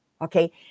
okay